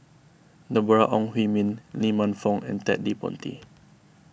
Deborah Ong Hui Min Lee Man Fong and Ted De Ponti